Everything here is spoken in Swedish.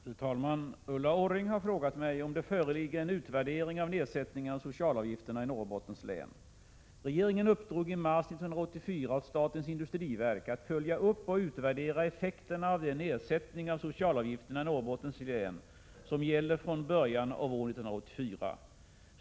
Fru talman! Ulla Orring har frågat mig om det föreligger en utvärdering av nedsättningen av socialavgifterna i Norrbottens län. Regeringen uppdrog i mars 1984 åt statens industriverk att följa upp och utvärdera effekterna av den nedsättning av socialavgifterna i Norrbottens län som gäller från början av år 1984.